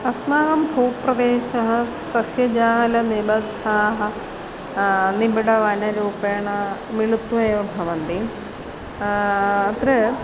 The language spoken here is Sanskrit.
अस्माकं भूप्रदेशः सस्यजालनिबद्धाः निबिडवनरूपेण मिलित्वा एव भवन्ति अत्र